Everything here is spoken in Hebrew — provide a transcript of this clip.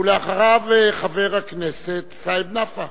ואחריו, חבר הכנסת סעיד נפאע.